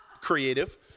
creative